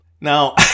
Now